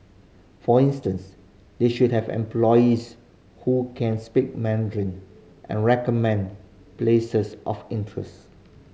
for instance they should have employees who can speak Mandarin and recommend places of interest